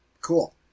Cool